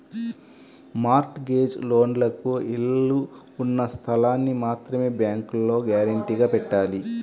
mart gauge లోన్లకు ఇళ్ళు ఉన్న స్థలాల్ని మాత్రమే బ్యేంకులో గ్యారంటీగా పెట్టాలి